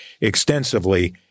extensively